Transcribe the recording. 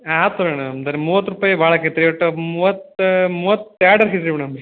ಆಯ್ತು ಮೇಡಮ್ ದರ್ ಮೂವತ್ತು ರೂಪಾಯಿ ಭಾಳ ಅಕ್ಕೆತ್ರೀ ಒಟ್ಟು ಮೂವತ್ತು ಮೂವತ್ರೆರಡಾರೂ ಹಿಡಿರಿ ಮೇಡಮ್